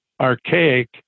archaic